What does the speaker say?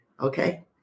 okay